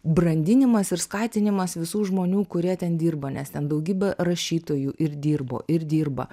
brandinimas ir skatinimas visų žmonių kurie ten dirba nes ten daugybė rašytojų ir dirbo ir dirba